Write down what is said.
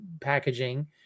packaging